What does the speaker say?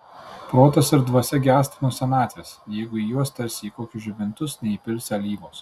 protas ir dvasia gęsta nuo senatvės jeigu į juos tarsi į kokius žibintus neįpilsi alyvos